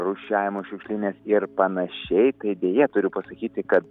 rūšiavimo šiukšlinės ir panašiai tai deja turiu pasakyti kad